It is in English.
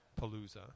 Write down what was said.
Palooza